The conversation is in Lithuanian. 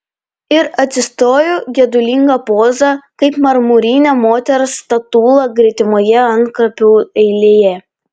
ir atsistojo gedulinga poza kaip marmurinė moters statula gretimoje antkapių eilėje